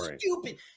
stupid